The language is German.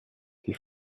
die